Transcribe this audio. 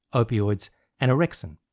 opioids and orexin.